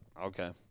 Okay